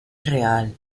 real